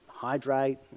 Hydrate